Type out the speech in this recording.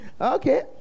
Okay